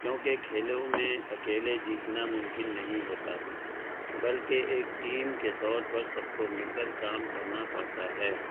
کیونکہ کھیلوں میں اکیلے جیتنا ممکن نہیں ہوتا بلکہ ایک ٹیم کے طور پر سب کو مل کر کام کرنا پڑتا ہے